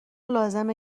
لازمه